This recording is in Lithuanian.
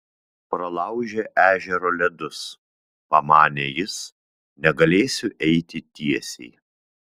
pralaužė ežero ledus pamanė jis negalėsiu eiti tiesiai